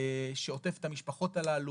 שעוטף את המשפחות הללו,